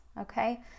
okay